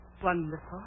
Wonderful